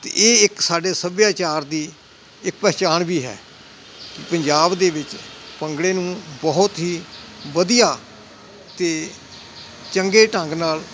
ਤਾਂ ਇਹ ਇੱਕ ਸਾਡੇ ਸੱਭਿਆਚਾਰ ਦੀ ਇੱਕ ਪਹਿਚਾਣ ਵੀ ਹੈ ਪੰਜਾਬ ਦੇ ਵਿੱਚ ਭੰਗੜੇ ਨੂੰ ਬਹੁਤ ਹੀ ਵਧੀਆ ਅਤੇ ਚੰਗੇ ਢੰਗ ਨਾਲ